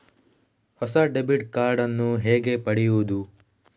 ಹೊಸ debit card ನ್ನು ಹೇಗೆ ಪಡೆಯುದು?